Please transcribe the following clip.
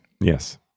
Yes